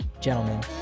gentlemen